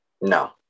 no